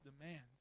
demands